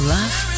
Love